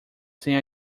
sem